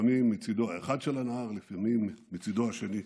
לפעמים מצידו האחד של הנהר, לפעמים מצידו השני.